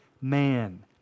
man